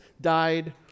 died